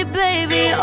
baby